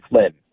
Flynn